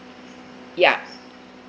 ya